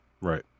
Right